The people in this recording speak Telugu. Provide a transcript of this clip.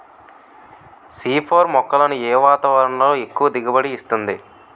సి ఫోర్ మొక్కలను ఏ వాతావరణంలో ఎక్కువ దిగుబడి ఇస్తుంది?